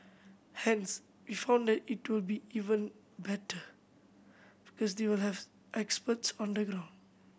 hence we found that it will be even better because they will have experts on the ground